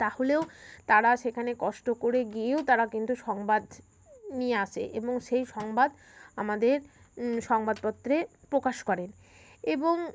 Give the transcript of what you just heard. তাহলেও তারা সেখানে কষ্ট করে গিয়েও তারা কিন্তু সংবাদ নিয়ে আসে এবং সেই সংবাদ আমাদের সংবাদপত্রে প্রকাশ করেন এবং